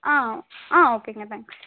ஆ ஆ ஓகேங்க தேங்க்ஸ்